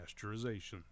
pasteurization